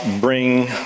bring